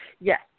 Yes